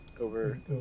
over